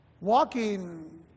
Walking